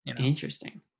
Interesting